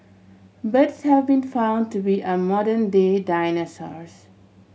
birds have been found to be our modern day dinosaurs